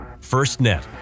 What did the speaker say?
FirstNet